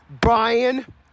Brian